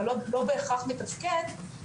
אבל לא בהיכרך מתפקד,